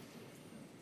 תודה לכם.